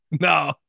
No